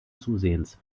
zusehends